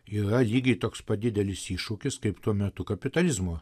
yra lygiai toks pat didelis iššūkis kaip tuo metu kapitalizmo